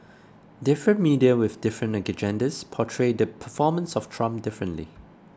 different media with different agendas portray the performance of Trump differently